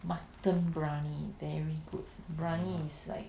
mutton briyani very good briyani is like